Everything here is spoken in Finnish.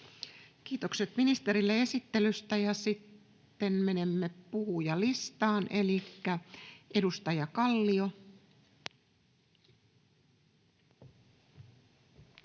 Kiitokset ministerille esittelystä. — Sitten menemme puhujalistaan. — Edustaja Kallio.